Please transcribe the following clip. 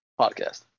podcast